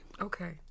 Okay